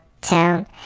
town